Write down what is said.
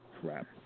Crap